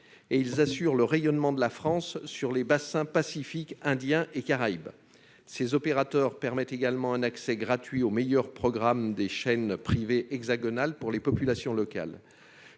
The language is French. et ils assurent le rayonnement de la France sur les bassins Pacifique indien et Caraïbes, ces opérateurs permet également un accès gratuit aux meilleurs programmes des chaînes privées hexagonale pour les populations locales,